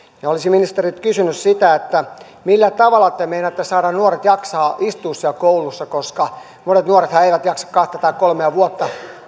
olisin ministeriltä kysynyt sitä millä tavalla te meinaatte saada nuoret jaksamaan istua siellä koulussa koska monet nuorethan eivät jaksa kahta tai kolmea vuotta